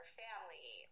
family